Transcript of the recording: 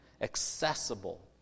accessible